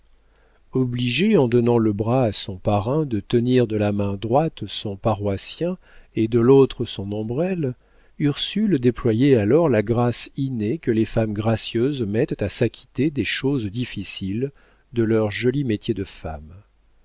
obligée en donnant le bras à son parrain de tenir de la main droite son paroissien et de l'autre son ombrelle ursule déployait alors la grâce innée que les femmes gracieuses mettent à s'acquitter des choses difficiles de leur joli métier de femme